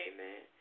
Amen